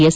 S